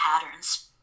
patterns